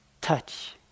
touch